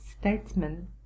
statesman